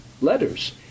letters